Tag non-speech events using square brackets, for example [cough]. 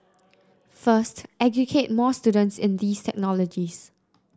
[noise] first educate more students in these technologies